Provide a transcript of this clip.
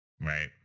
Right